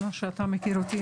כמו שאתה מכיר אותי,